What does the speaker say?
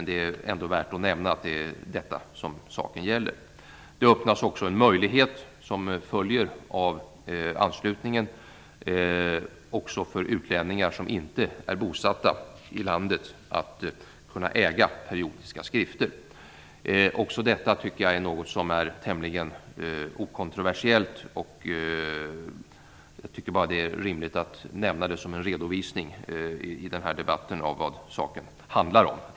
Det är ändå värt att nämna att det är detta som saken gäller. Det öppnas också en möjlighet till följd av anslutningen också för utlänningar som inte är bosatta i landet att kunna äga periodiska skrifter. Också detta tycker jag är något som är tämligen okontroversiellt. Jag tycker att det är rimligt att i den här debatten nämna det som en redovisning av vad saken handlar om.